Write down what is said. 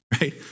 right